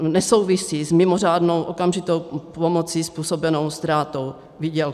Nesouvisí s mimořádnou okamžitou pomocí způsobenou ztrátou výdělku.